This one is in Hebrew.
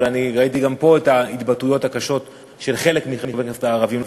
אבל ראיתי גם פה את ההתבטאויות הקשות של חלק מחברי הכנסת הערבים,